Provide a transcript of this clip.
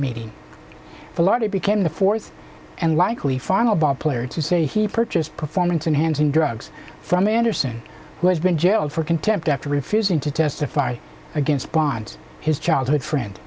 he became the fourth and likely final ball player to say he purchased performance enhancing drugs from anderson who has been jailed for contempt after refusing to testify against bonds his childhood friend